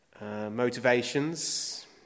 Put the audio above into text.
motivations